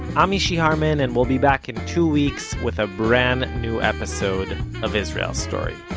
i'm mishy harman, and we'll be back in two weeks with a brand new episode of israel story.